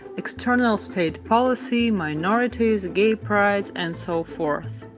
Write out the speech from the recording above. external state policy, minorities, and gay prides, and so forth.